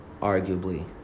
arguably